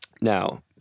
Now